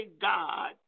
God